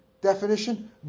definition